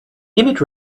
image